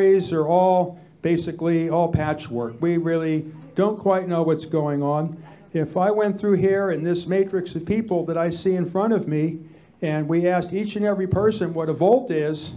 is are all basically all patchwork we really don't quite know what's going on if i went through here and this matrix of people that i see in front of me and we ask each and every person what a volt is